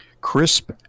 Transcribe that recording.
Crisp